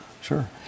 Sure